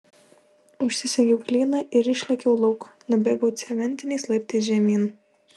užsisegiau klyną ir išlėkiau lauk nubėgau cementiniais laiptais žemyn